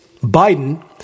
Biden